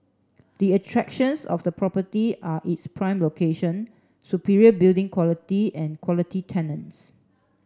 the attractions of the property are its prime location superior building quality and quality tenants